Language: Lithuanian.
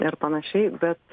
ir panašiai bet